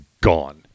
gone